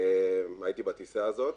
הייתי בטיסה הזאת.